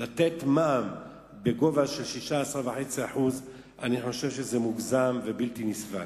לתת מע"מ בגובה של 16.5% אני חושב שזה מוגזם ובלתי נסבל.